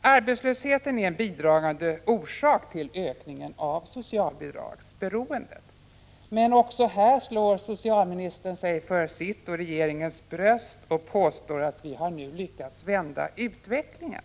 Arbetslösheten är en bidragande orsak till ökningen av socialbidragsberoendet, men också här slår socialministern sig för sitt bröst och påstår att regeringen har lyckats vända utvecklingen.